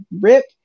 rip